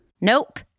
Nope